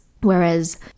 whereas